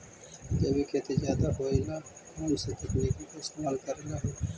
जैविक खेती ज्यादा होये ला कौन से तकनीक के इस्तेमाल करेला हई?